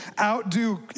Outdo